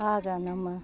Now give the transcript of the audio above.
ಆಗ ನಮ್ಮ